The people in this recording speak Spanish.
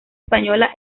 española